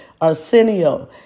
Arsenio